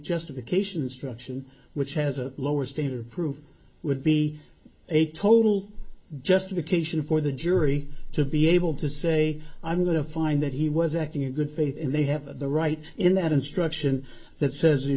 justification struction which has a lower standard of proof would be a total justification for the jury to be able to say i'm going to find that he was acting in good faith and they have the right in that instruction that says